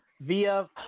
via